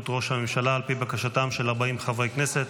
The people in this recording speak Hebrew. ראש הממשלה על פי בקשתם של 40 חברי כנסת.